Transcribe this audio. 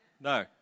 No